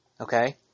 Okay